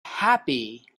happy